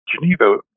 Geneva